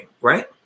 right